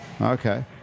Okay